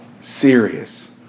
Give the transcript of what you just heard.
serious